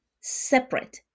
separate